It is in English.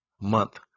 month